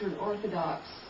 Orthodox